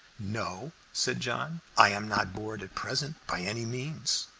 no, said john i am not bored at present, by any means.